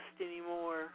anymore